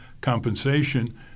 compensation